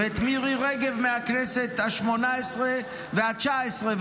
ואת מירי רגב מהכנסת השמונה-עשרה והתשע-עשרה,